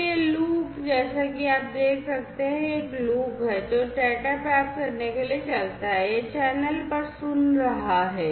तो यह लूप जैसा कि आप देख सकते हैं यह एक लूप है जो डेटा प्राप्त करने के लिए चलता है यह चैनल पर सुन रहा है